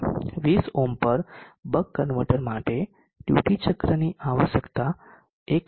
20 ohm પર buck converter માટે duty ચક્રની આવશ્યકતા 1